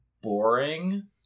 boring